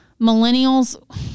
millennials